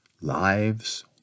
lives